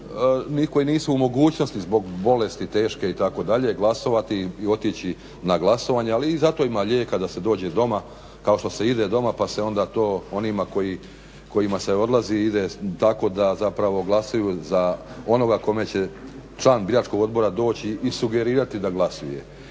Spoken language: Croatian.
koji nisu u mogućnosti zbog bolesti teške itd., glasovati i otići na glasovanje ali i zato ima lijeka da se dođe doma, kao što se ide doma, pa se onda to onima kojima se ide tako da zapravo glasuju za onoga kome će član biračkog odbora doći i sugerirati da glasuje.